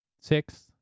six